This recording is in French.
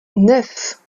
neuf